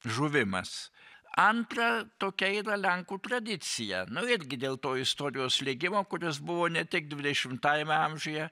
žuvimas antra tokia eina lenkų tradicija nu irgi dėl to istorijos slėgimo kuris buvo ne tik dvidešimtajame amžiuje